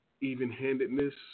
even-handedness